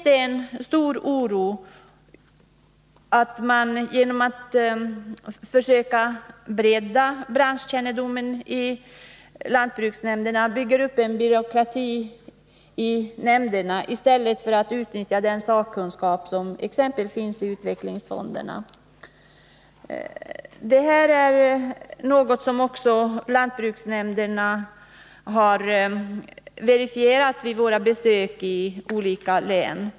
Det råder stor oro för att man, genom att försöka bredda branschkännedomen i lantbruksnämnderna, bygger upp en byråkrati i nämnderna i stället för att utnyttja den sakkunskap som exempelvis finns i utvecklingsfonderna. Det här är något som lantbruksnämnderna också har verifierat vid våra besök i olika län.